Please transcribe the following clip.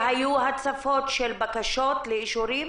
שהייתה הצפה של בקשות לאישורים